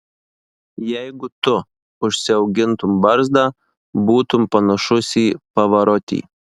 jeigu tu užsiaugintum barzdą būtum panašus į pavarotį